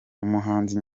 umuhanzi